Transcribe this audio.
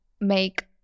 make